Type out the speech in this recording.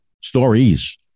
stories